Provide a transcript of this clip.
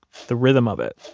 the rhythm of it,